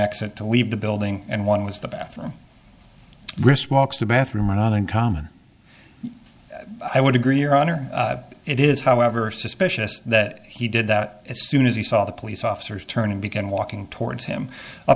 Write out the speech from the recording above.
exit to leave the building and one was the bathroom wrist walks to bathroom are not uncommon i would agree your honor it is however suspicious that he did that as soon as he saw the police officers turn and began walking towards him up